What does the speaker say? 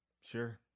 Sure